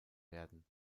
werden